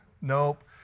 Nope